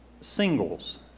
singles